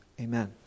Amen